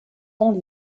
temps